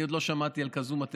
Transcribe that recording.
אני עוד לא שמעתי על כזאת מתמטיקה.